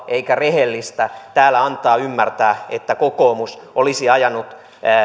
eikä rehellistä täällä antaa ymmärtää että kokoomus olisi ajanut